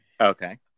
Okay